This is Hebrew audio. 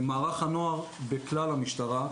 מערך הנוער בכלל המשטרה,